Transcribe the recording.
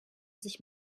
sich